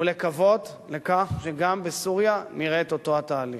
ולקוות לכך שגם בסוריה נראה את אותו התהליך.